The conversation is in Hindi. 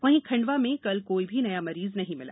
वहीं खंडवा में कल कोई भी नया मरीज नहीं मिला